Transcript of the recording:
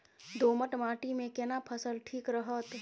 दोमट माटी मे केना फसल ठीक रहत?